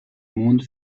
monde